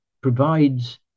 provides